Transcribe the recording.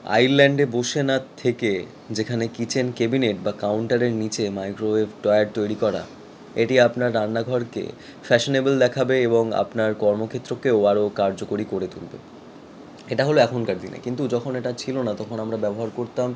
আইল্যান্ডে বসে না থেকে যেখানে কিচেন কেবিনেট বা কাউন্টারের নিচে মাইক্রোওয়েভ ড্রয়ার তৈরি করা এটি আপনার রান্নাঘরকে ফ্যাশানেবেল দেখাবে এবং আপনার কর্মক্ষেত্রকেও আরো কার্যকরী করে তুলবে এটা হল এখনকার দিনে কিন্তু যখন এটা ছিলো না তখন আমরা ব্যবহার করতাম